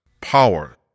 power